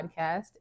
Podcast